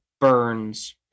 Burns